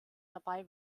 dabei